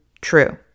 true